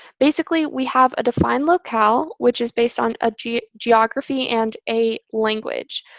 basically, we have a defined locale, which is based on a geography and a language.